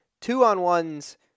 Two-on-ones